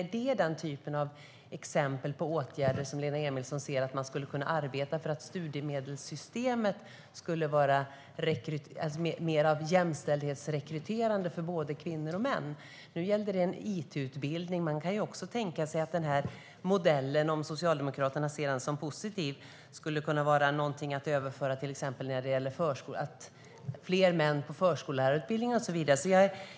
Är det den typen av åtgärder som Lena Emilsson ser att man ska kunna arbeta med för att studiemedelssystemet skulle vara mer jämställdhetsrekryterande för både kvinnor och män? Nu gällde det en it-utbildning. Man kan också tänka sig att den modellen, om Socialdemokraterna ser den som positiv, skulle kunna vara någonting att överföra till exempel till förskollärarutbildningen för att få fler män på förskollärarutbildningen och så vidare.